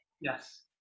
Yes